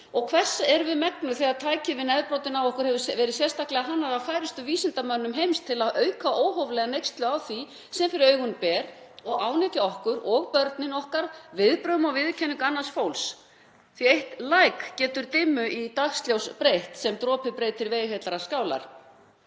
Og hvers erum við megnug þegar tækið við nefbroddinn á okkur hefur verið sérstaklega hannað af færustu vísindamönnum heims til að auka óhóflega neyslu á því sem fyrir augu ber og ánetja okkur og börnin okkar viðbrögðum og viðurkenningu annars fólks, því eitt læk getur dimmu í dagsljós breytt sem dropi breytir veig heillar skálar?